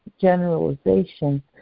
generalization